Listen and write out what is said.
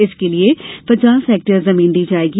इसके लिए पचास हेक्टयर जमीन दी जायेगी